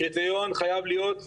קריטריון חייב להיות טיפש,